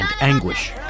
anguish